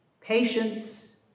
Patience